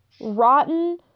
rotten